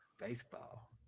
Baseball